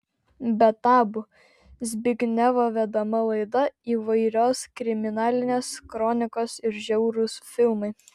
be tabu zbignevo vedama laida įvairios kriminalinės kronikos ir žiaurūs filmai